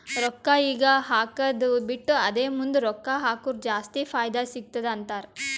ರೊಕ್ಕಾ ಈಗ ಹಾಕ್ಕದು ಬಿಟ್ಟು ಅದೇ ಮುಂದ್ ರೊಕ್ಕಾ ಹಕುರ್ ಜಾಸ್ತಿ ಫೈದಾ ಸಿಗತ್ತುದ ಅಂತಾರ್